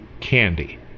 Candy